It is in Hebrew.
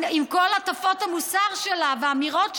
עם כל הטפות המוסר שלה והאמירות שלה,